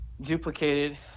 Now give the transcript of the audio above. duplicated